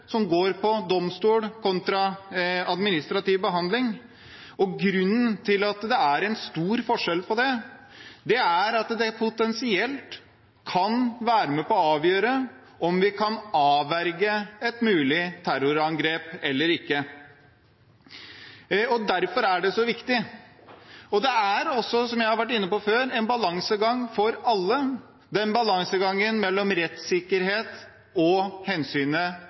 som går på domstol kontra administrativ behandling. Grunnen til at det er en stor forskjell på det, er at det potensielt kan være med på å avgjøre om vi kan avverge et mulig terrorangrep eller ikke. Derfor er det så viktig. Det er, som jeg har vært inne på før, en balansegang for alle, den balansegangen mellom rettssikkerhet og hensynet